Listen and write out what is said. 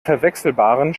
verwechselbaren